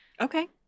Okay